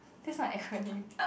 that's not a acronym